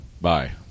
Bye